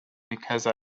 because